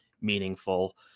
meaningful